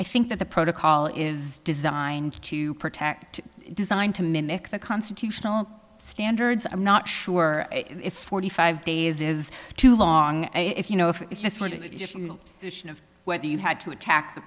i think that the protocol is designed to protect designed to mimic the constitutional standards i'm not sure if forty five days is too long if you know if this were where you had to attack the